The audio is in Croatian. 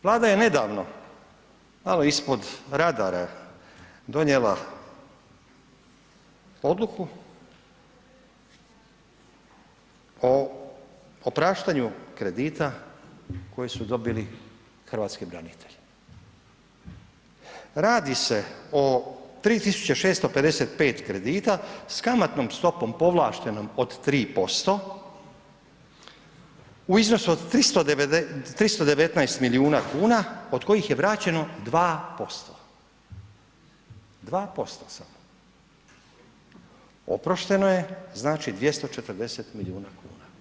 Vlada je nedavno malo ispod radara donijela odluku o opraštanju kredita koji su dobili hrvatski branitelj, radi se o 3.656 kredita s kamatnom stopom povlaštenom od 3% u iznosu od 319 milijuna kuna od kojih je vraćeno 2%, 2% oprošteno je znači 240 milijuna kuna.